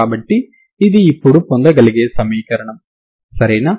కాబట్టి ఇది ఇప్పుడు పొందగలిగే సమీకరణం సరేనా